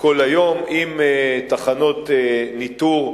כל היום, עם תחנות ניטור,